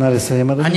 נא לסיים, אדוני.